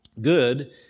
Good